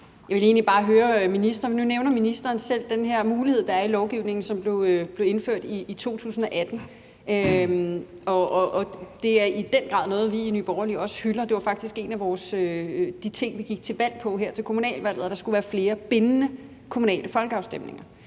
Jeg ville egentlig bare høre ministeren om noget. Nu nævner ministeren selv den her mulighed i lovgivningen, som blev indført i 2018, og det er i den grad noget, vi i Nye Borgerlige hylder. Det var faktisk en af de ting, vi gik til valg på her ved kommunalvalget, altså at der skulle være flere bindende kommunale folkeafstemninger.